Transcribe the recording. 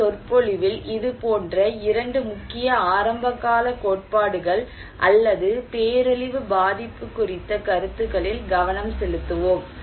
இந்த சொற்பொழிவில் இதுபோன்ற இரண்டு முக்கிய ஆரம்பகால கோட்பாடுகள் அல்லது பேரழிவு பாதிப்பு குறித்த கருத்துகளில் கவனம் செலுத்துவோம்